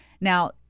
Now